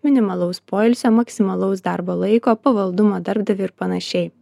minimalaus poilsio maksimalaus darbo laiko pavaldumo darbdaviui ir panašiai